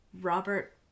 Robert